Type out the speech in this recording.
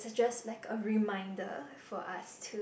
just like a reminder for us to